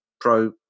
Pro